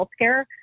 healthcare